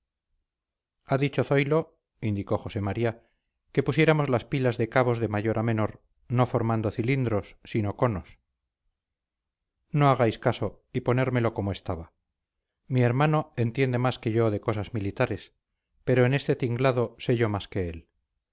ha dicho zoilo indicó josé maría que pusiéramos las pilas de cabos de mayor a menor no formando cilindros sino conos no hagáis caso y ponérmelo como estaba mi hermano entiende más que yo de cosas militares pero en este tinglado sé yo más que él